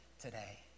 today